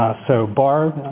so barb,